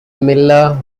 miller